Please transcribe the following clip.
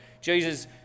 Jesus